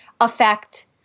affect